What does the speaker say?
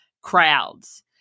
crowds